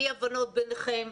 אי ההבנות ביניכם,